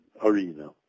arena